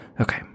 Okay